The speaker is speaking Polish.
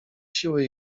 siły